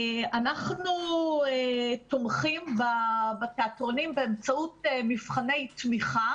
אנחנו תומכים בתיאטרונים באמצעות מבחני תמיכה